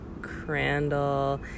crandall